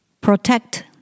Protect